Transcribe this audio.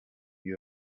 you